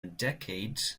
decade